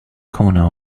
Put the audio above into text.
corner